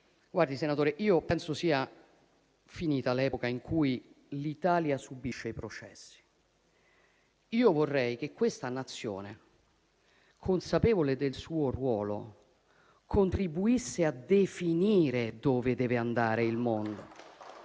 senatore, penso che sia finita l'epoca in cui l'Italia subisce i processi. Vorrei che questa Nazione, consapevole del suo ruolo, contribuisse a definire dove deve andare il mondo